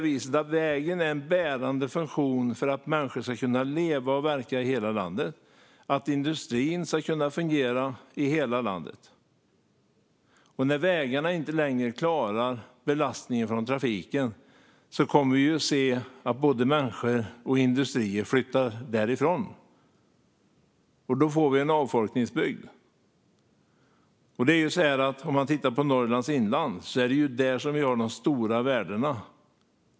Vägen är en bärande funktion för att människor ska kunna leva och verka i hela landet och för att industrin ska kunna fungera i hela landet. När vägarna i en del av landet inte längre klarar belastningen från trafiken kommer både människor och industrier att flytta därifrån. Då får vi en avfolkningsbygd. Det är i Norrlands inland vi har de stora värdena.